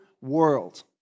world